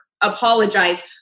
apologize